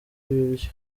ibiryo